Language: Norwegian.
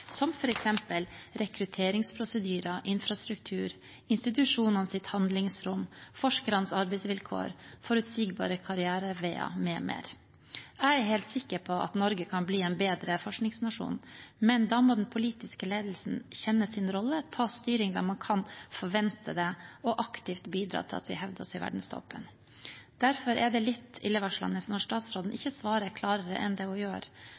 som f.eks. rekrutteringsprosedyrer, infrastruktur, institusjonenes handlingsrom, forskernes arbeidsvilkår, forutsigbare karriereveier m.m. Jeg er helt sikker på at Norge kan bli en bedre forskningsnasjon, men da må den politiske ledelsen kjenne sin rolle, ta styring der man kan forvente det, og aktivt bidra til at vi hevder oss i verdenstoppen. Derfor er det litt illevarslende når statsråden ikke svarer klarere enn det